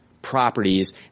properties